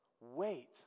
Wait